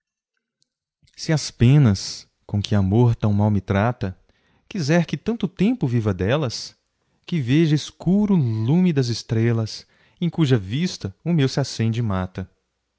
se as penas com que amor tão mal me trata quiser que tanto tempo viva delas que veja escuro o lume das estrelas em cuja vista o meu se acende e mata